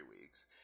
weeks